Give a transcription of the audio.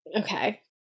Okay